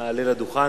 נא עלה לדוכן.